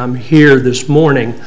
i'm here this morning